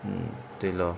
mm 对 lor